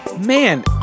man